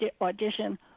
audition